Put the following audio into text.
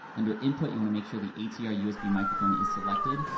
under input you wanna make sure the atr usb microphone is selected,